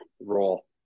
role